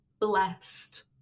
blessed